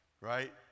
Right